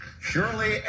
Surely